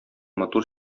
матур